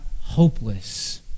hopeless